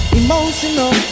emotional